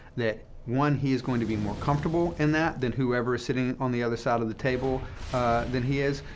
that one, he is going to be more comfortable in that than whoever is sitting on the other side of the table than he is,